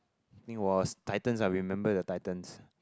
think was titans I remember the titans